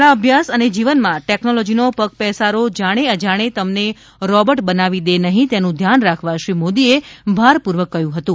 શાળા અભ્યાસ અને જીવન માં ટેક્નોલોજી નો પગપેસારો જાણે અજાણે તમને રોબોટ બનાવી દે નહીં તેનુ ધ્યાન રાખવા શ્રી મોદી એ ભારપૂર્વક કહ્યું હતું